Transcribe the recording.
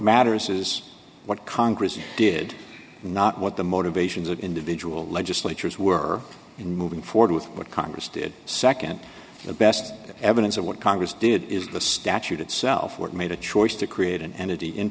matters is what congress did not what the motivations of individual legislatures were in moving forward with what congress did nd the best evidence of what congress did is the statute itself what made a choice to create an entity in